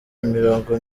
imirongo